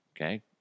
Okay